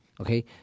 okay